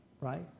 right